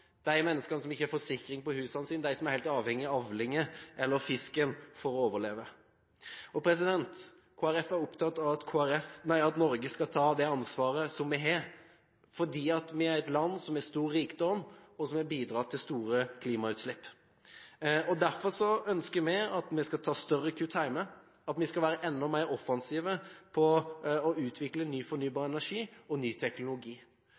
de menneskene som ikke har forsikring på husene sine og de menneskene som er helt avhengig av avlinger eller av fisken for å overleve. Kristelig Folkeparti er opptatt av at Norge skal ta det ansvaret vi har fordi vi er et land som har stor rikdom, og som har bidratt til store klimautslipp. Derfor ønsker vi at vi skal ta større kutt hjemme, og at vi skal være enda mer offensive på å utvikle ny fornybar energi og ny teknologi.